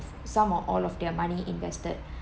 some or all of their money invested